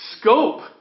scope